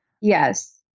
Yes